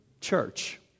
church